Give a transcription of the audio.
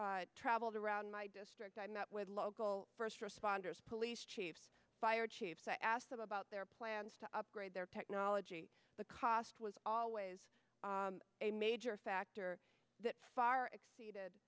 traveled around my district i met with local first responders police chiefs fire chiefs i asked them about their plans to upgrade their technology the cost was always a major factor that far exceeded